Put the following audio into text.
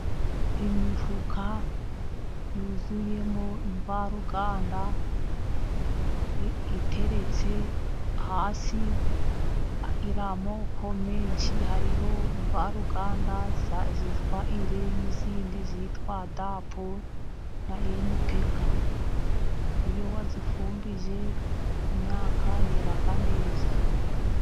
Imifuka yuzuyemo imvaruganda iteretse hasi iri amoko menshi, hariho imvaruganda yitwa Ire, n'iyindi yitwa Dapu na Enipeka. Iyo wazifumbije imyaka yera neza.